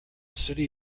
city